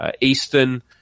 Eastern